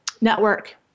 network